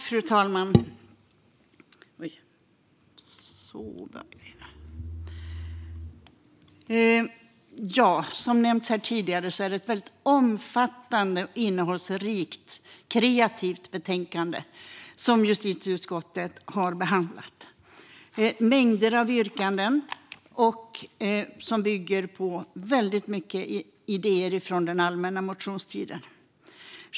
Fru talman! Som nämnts här tidigare är det ett väldigt omfattande, innehållsrikt och kreativt betänkande som justitieutskottet har lagt fram, med mängder av yrkanden som bygger på väldigt många idéer från allmänna motionstiden.